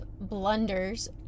blunders